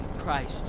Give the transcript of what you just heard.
Christ